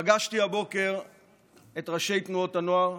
פגשתי הבוקר את ראשי תנועות הנוער,